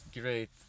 great